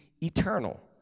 eternal